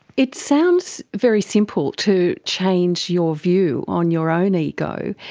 it sounds very simple, to change your view on your own ego.